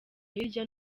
hirya